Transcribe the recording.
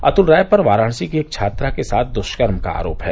अतुल राय पर वाराणसी की एक छात्रा के साथ दुष्कर्म का आरोप है